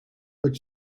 but